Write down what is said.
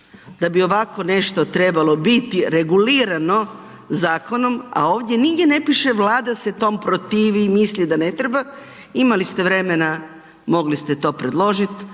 da bi ovako nešto trebalo biti zakonom, a ovdje nigdje ne piše Vlada se tom protivi, misli da ne treba, imali ste vremena mogli ste to predložiti,